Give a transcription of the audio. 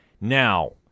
Now